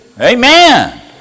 Amen